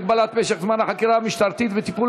הגבלת משך זמן החקירה המשטרתית וטיפול